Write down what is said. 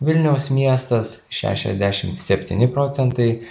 vilniaus miestas šešiasdešim septyni procentai